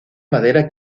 madera